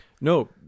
no